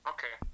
Okay